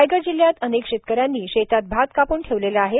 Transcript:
रागयड जिल्ह्यात अनेक शेतकऱ्यांनी शेतात भात कापून ठेवलेला आहे